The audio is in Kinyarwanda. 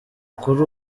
kuri